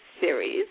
series